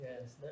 Yes